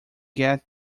get